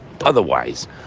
otherwise